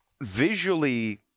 visually